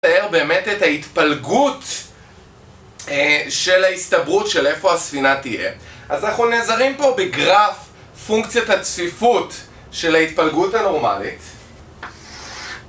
זה מתאר באמת את ההתפלגות של ההסתברות של איפה הספינה תהיה אז אנחנו נעזרים פה בגרף פונקציית הצפיפות של ההתפלגות הנורמלית